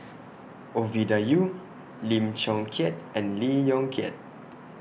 Ovidia Yu Lim Chong Keat and Lee Yong Kiat